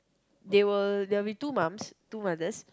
they will there'll be two mums two mothers